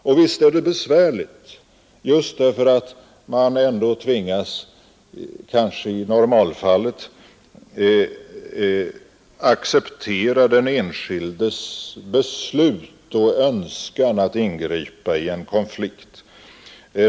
Och visst är den besvärlig, just därför att man i normalfallet kanske ändå tvingas acceptera den enskildes beslut och önskan att ingripa i en konflikt.